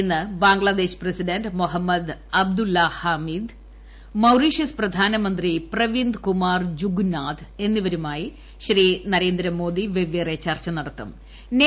ഇന്ന് Bangladesh president Mohammad Abdul Hamid Mauritius പ്രധാനമന്ത്രി പ്രവിന്ദ് കുമാർ ജൂഗുനാഥ് എന്നിവരുമായി ശ്രീ നരേന്ദ്രമോദി വെവ്വേറെ ചർച്ച നട്ടിര്തും